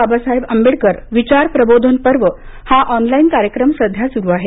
बाबासाहेब आंबेडकर विचार प्रबोधनपर्व हा ऑनलाईन कार्यक्रम सुरू आहे